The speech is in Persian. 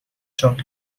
چاق